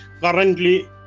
currently